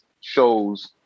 shows